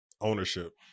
ownership